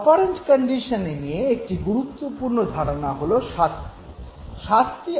operant conditioning এ একটি গুরুত্বপূর্ণ ধারণা হল শাস্তি